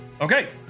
Okay